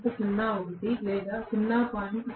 01 లేదా 0